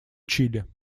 чили